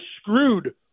screwed